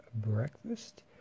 breakfast